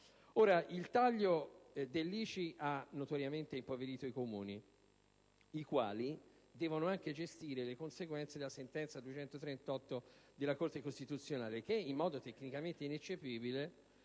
Il taglio dell'ICI ha notoriamente impoverito i Comuni, i quali devono anche gestire le conseguenze della sentenza n. 238 del 2009 della Corte costituzionale che, in modo tecnicamente ineccepibile,